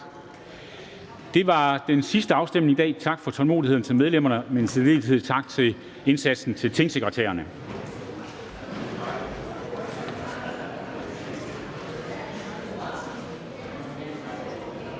Det var den sidste afstemning i dag. Tak for tålmodigheden til medlemmerne, men i særdeleshed tak for indsatsen til tingsekretærerne.